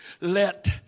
let